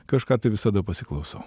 kažką tai visada pasiklausau